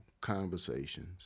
conversations